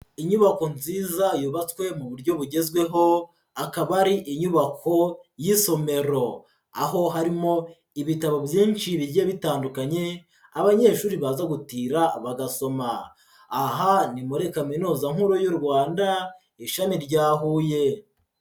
Inyubako nziza yubatswe mu buryo bugezweho, akaba ari inyubako y'isomero, aho harimo ibitabo byinshi bigiye bitandukanye abanyeshuri baza gutira bagasoma, aha ni muri kaminuza nkuru y'u Rwanda ishami rya Huye.